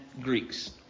Greeks